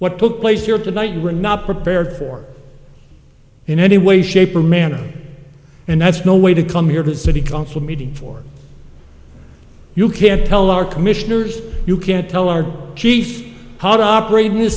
what took place here tonight we were not prepared for in any way shape or manner and that's no way to come here to the city council meeting for you can't tell our commissioners you can't tell our chief how to operate in